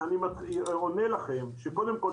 אני עונה לכם שקודם כל,